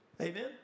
Amen